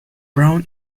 brown